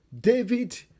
David